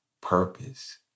purpose